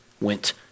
went